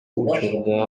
учурунда